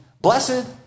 blessed